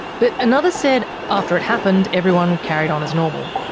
but another said after it happened everyone carried on as normal.